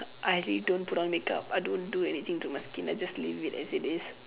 I really don't put on makeup I don't do anything to my skin I just leave it as it is